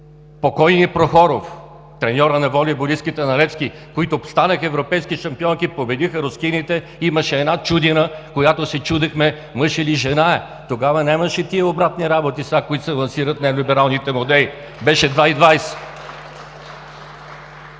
покойният Прохоров – треньорът на волейболистките на „Левски“, които станаха европейски шампионки, победиха рускините. Имаше една Чудина, която се чудехме мъж или жена е, тогава нямаше тези обратни работи, които се лансират в неолибералните модели. Беше 2,20!